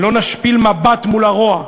לא נשפיל מבט מול הרוע,